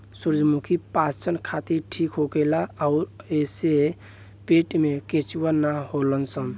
सूरजमुखी पाचन खातिर ठीक होखेला अउरी एइसे पेट में केचुआ ना होलन सन